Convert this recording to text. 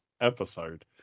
episode